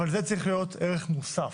אבל זה צריך להיות ערך מוסף,